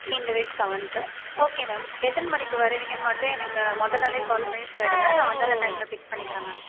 இந்த week seventh okay ma'am எத்தனை மணிக்கு வருவீங்கனு மட்டும் எனக்கு மொதல் நாளே கால் பண்ணி சொல்லிவிடுங்க நான் வந்து அந்த டைமில் பிக் பண்ணிக்கறேன் மேம்